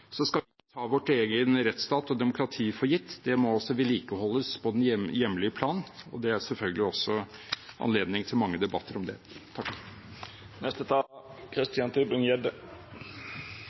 skal vi ikke ta vår egen rettsstat og vårt demokrati for gitt. Dette må også vedlikeholdes på det hjemlige plan, og det er selvfølgelig anledning til mange debatter om det.